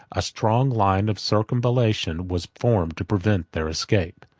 a strong line of circumvallation was formed to prevent their escape.